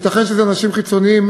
שייתכן שאלה אנשים חיצוניים,